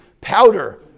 powder